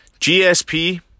GSP